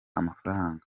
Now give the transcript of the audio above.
amafaranga